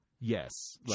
Yes